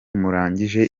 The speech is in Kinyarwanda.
murangije